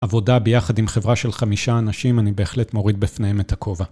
עבודה ביחד עם חברה של חמישה אנשים, אני בהחלט מוריד בפניהם את הכובע.